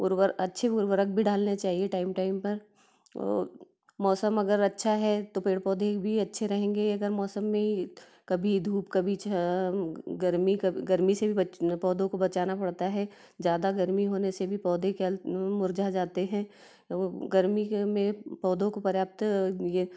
उरवर अच्छी उर्वरक भी डालने चाहिए टाइम टाइम पर औ मौसम अगर अच्छा है तो पेड़ पौधे भी अच्छे रहेंगे अगर मौसम में कभी धूप कभी छाँव गर्मी कभी गर्मी से भी बचने पौधो को बचाना पड़ता है ज़्यादा गर्मी होने से भी पौधे के हेल्थ मुर्झा जाते हैं गर्मी के में पौधो को पर्याप्त यह